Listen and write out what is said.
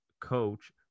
coach